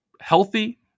healthy